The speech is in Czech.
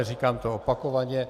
Říkám to opakovaně.